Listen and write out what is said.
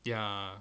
ya